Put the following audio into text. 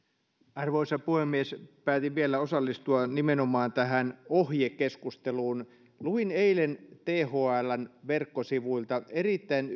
arvoisa puhemies päätin vielä osallistua nimenomaan tähän ohjekeskusteluun luin eilen thln verkkosivuilta erittäin